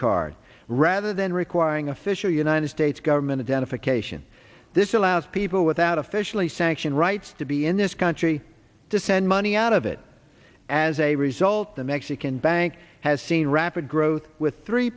card rather than requiring official united states government identification this allows people without officially sanctioned rights to be in this country to send money out of it as a result the mexican bank has seen rapid growth with three